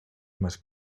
más